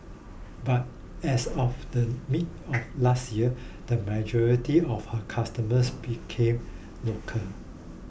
but as of the middle of last year the majority of her customers became local